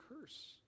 curse